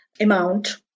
amount